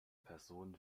personen